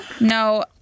No